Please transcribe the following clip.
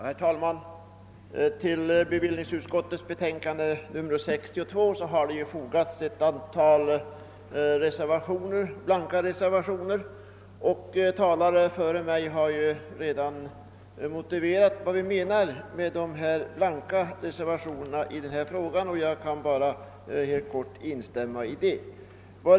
Herr talman! Till bevillningsutskottets betänkande nr 62 har fogats ett par blanka reservationer, vilkas innebörd tidigare talare redan har redogjort för. Jag kan helt kort instämma därvidlag.